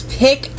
pick